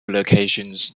locations